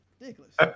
ridiculous